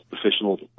professional